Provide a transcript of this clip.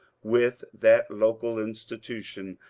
with that local institution.